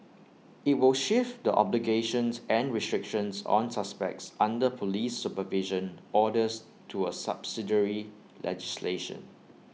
IT will shift the obligations and restrictions on suspects under Police supervision orders to A subsidiary legislation